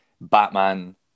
Batman